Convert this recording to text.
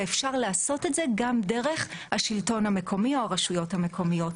ואפשר לעשות את זה גם דרך השלטון המקומי או הרשויות המקומיות.